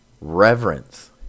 Reverence